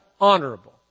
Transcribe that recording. honorable